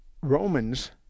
Romans